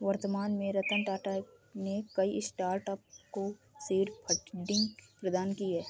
वर्तमान में रतन टाटा ने कई स्टार्टअप को सीड फंडिंग प्रदान की है